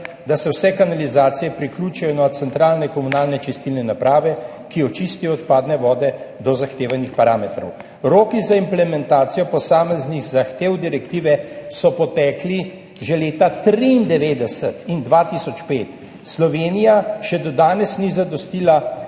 da se vse kanalizacije priključijo na centralne komunalne čistilne naprave, ki čistijo odpadne vode do zahtevanih parametrov. Roki za implementacijo posameznih zahtev direktive so potekli že leta 1993 in 2005. Slovenija še do danes ni zadostila